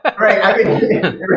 Right